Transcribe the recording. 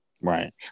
Right